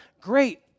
great